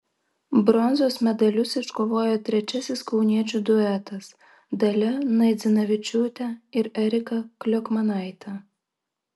bronzos medalius iškovojo trečiasis kauniečių duetas dalia naidzinavičiūtė ir erika kliokmanaitė